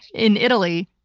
in italy.